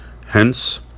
Hence